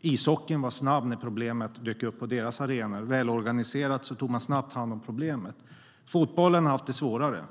Ishockeyn var snabb när problemet dök upp på deras arena, och välorganiserat tog man hand om problemet. Fotbollen har haft det svårare.